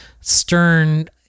stern